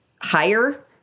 higher